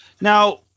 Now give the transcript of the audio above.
Now